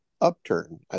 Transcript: upturn